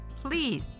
please